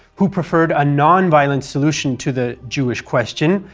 who preferred a non-violent solution to the jewish question,